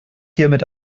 hiermit